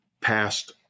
past